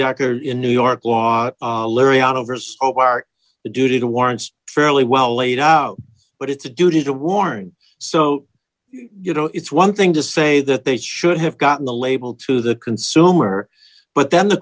decker in new york law on overseas oh our duty to warrants fairly well laid out but it's a duty to warn so you know it's one thing to say that they should have gotten the label to the consumer but then the